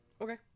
okay